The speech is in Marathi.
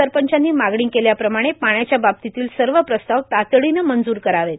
सरपंचांनी मागणी केल्याप्रमाणे पाण्याच्या बाबतीतील सर्व प्रस्ताव तातडीनं मंजूर करावे